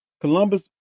Columbus